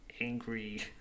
angry